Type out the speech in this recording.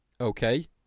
Okay